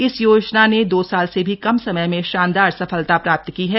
इस योजना ने दो साल से भी कम समय में शानदार सफलता प्राप्त की है